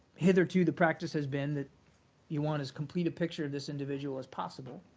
hitherto the practice has been that you want as complete a picture of this individual as possible,